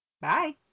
Bye